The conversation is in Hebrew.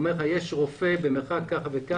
אומרים לך שיש רופא במקום זה וזה,